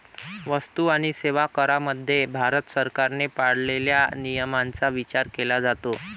वस्तू आणि सेवा करामध्ये भारत सरकारने पाळलेल्या नियमांचा विचार केला जातो